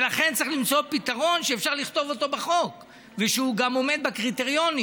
לכן צריך למצוא פתרון שאפשר לכתוב אותו בחוק ושהוא גם עומד בקריטריונים.